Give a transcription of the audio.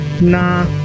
Nah